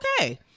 okay